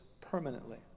permanently